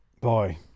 boy